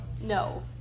No